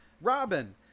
Robin